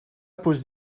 pose